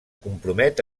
compromet